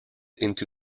into